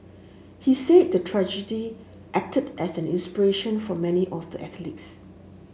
he say the tragedy acted as an inspiration for many of the athletes